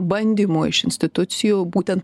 bandymų iš institucijų būtent